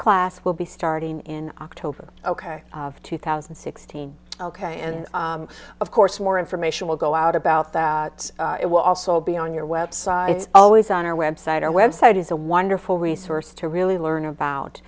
class will be starting in october ok two thousand and sixteen and of course more information will go out about that it will also be on your website it's always on our website our website is a wonderful resource to really learn about